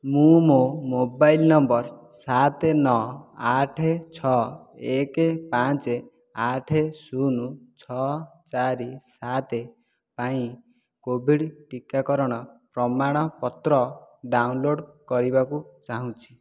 ମୁଁ ମୋ mobile number ସାତ ନଅ ଆଠ ଛଅ ଏକ ପାଞ୍ଚ ଆଠ ଶୂନ ଛଅ ଚାରି ସାତ ପାଇଁ କୋଭିଡ଼୍ ଟିକାକରଣ ପ୍ରମାଣପତ୍ର ଡାଉନଲୋଡ଼୍ କରିବାକୁ ଚାହୁଁଛି